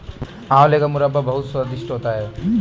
आंवले का मुरब्बा बहुत स्वादिष्ट होता है